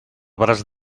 braç